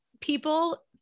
People